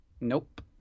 Nope